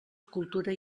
cultura